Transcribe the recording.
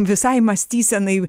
visai mąstysenai